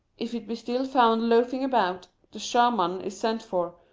if it be still found loafing about, the schaman is sent for,